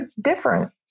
different